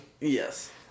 Yes